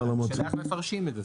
השאלה איך מפרשים את זה,